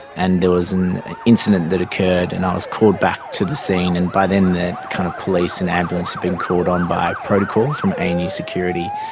and there was incident that occurred and i was called back to the scene, and by then the kind of police and ambulance had been called on by protocol from anu security.